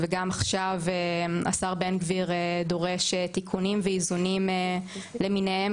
וגם עכשיו השר בן גביר דורש תיקונים ואיזונים למיניהם